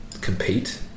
compete